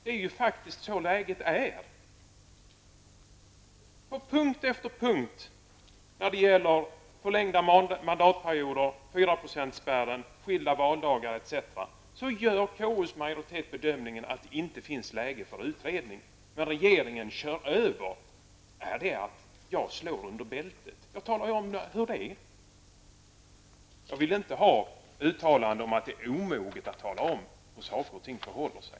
Så är ju faktiskt läget. På punkt efter punkt, när det gäller förlängda mandatperioder, fyraprocentsspärren, skilda valdagar etc., gör KUs majoritet bedömningen att det inte är läge för utredningar. Men regeringen kör alltså över KU. Är det att slå under bältet när jag talar om hur det är? Jag vill inte höra uttalanden om att det är omoget att tala om hur saker och ting förhåller sig.